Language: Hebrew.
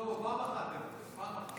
שלמה, פעם אחת תוותר, פעם אחת.